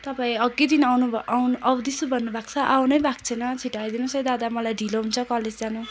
तपाईँ अघिदेखि आउनु भयो आउनु आउँदैछु भन्नुभएको छ आउनै भएको छैन छिटो आइदिनु होस् है दादा मलाई ढिलो हुन्छ कलेज जान